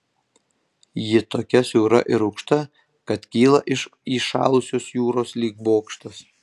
ji tokia siaura ir aukšta kad kyla iš įšalusios jūros lyg bokštas